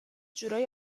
جورایی